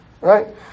right